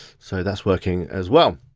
so that's working as well.